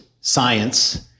science